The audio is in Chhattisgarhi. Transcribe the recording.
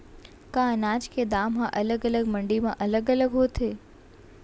का अनाज के दाम हा अलग अलग मंडी म अलग अलग होथे?